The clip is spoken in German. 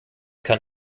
kann